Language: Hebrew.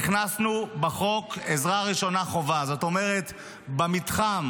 הכנסנו בחוק עזרה ראשונה חובה, זאת אומרת במתחם,